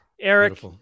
eric